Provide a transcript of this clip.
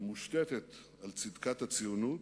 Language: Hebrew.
שמושתתת על צדקת הציונות,